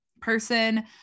person